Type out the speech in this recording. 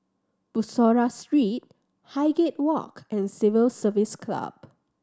Bussorah Street Highgate Walk and Civil Service Club